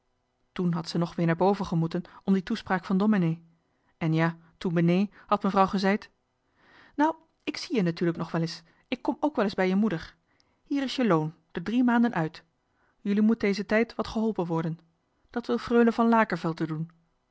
toch had ze nog weer naar boven gemoeten om die toespraak van domenee en ja toe benee had mevrouw gezeid nou ik zie je natuurlijk nog wel es ik kom ook wel es bij je moeder hier is je loon de drie maanden uit jullie moet deze tijd wat geholpen worden dat wil freule van lakervelde doen